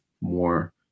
more